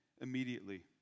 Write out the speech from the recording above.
immediately